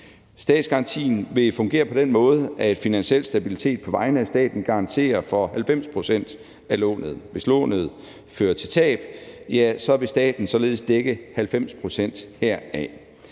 Statsgarantien vil fungere på den måde, at Finansiel Stabilitet på vegne af staten garanterer for 90 pct. af lånet. Hvis lånet fører til tab, vil staten således dække 90 pct. heraf.